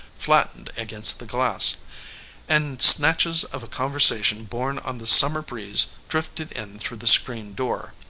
flattened against the glass and snatches of conversation borne on the summer breeze drifted in through the screen-door.